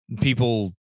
people